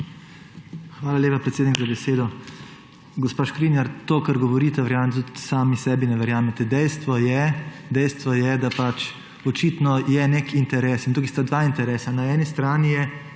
Hvala lepa, predsednik, za besedo. Gospa Škrinjar, to, kar govorite, verjamem, da tudi sami sebi ne verjamete. Dejstvo je, da pač očitno je nek interes. In tukaj sta dva interesa. Na eni strani je